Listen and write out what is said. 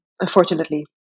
unfortunately